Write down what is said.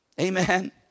amen